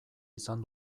izan